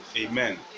Amen